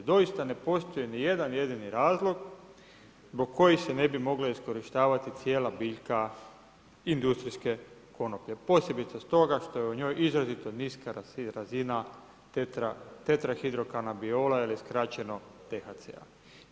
Doista ne postoji ni jedan jedini razlog zbog kojih se ne bi moglo iskorištavati cijela biljka industrijske konoplje, posebice stoga što je u njoj izrazito niska razina tetrahidrokanabiola ili skraćeno THC-a.